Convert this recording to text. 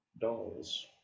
dolls